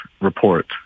report